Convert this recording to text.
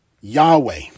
Yahweh